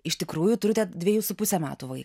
iš tikrųjų turite dvejų su puse metų